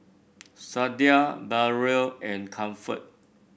Sadia Barrel and Comfort